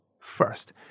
First